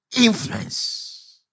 influence